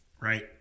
right